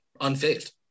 unfazed